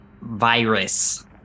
virus